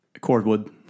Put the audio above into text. Cordwood